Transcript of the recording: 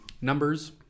Numbers